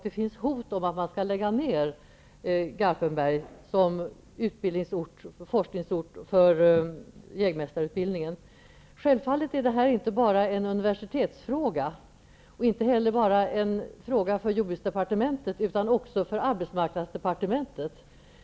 Det finns ett hot att Garpenberg skall läggas ned som forskningscentrum för jägmästarutbildningen. Självfallet är det här inte bara en universitetsfråga, inte heller ett spörsmål för bara jordbruksdepartementet utan också för arbetsmarknadsdepartementet.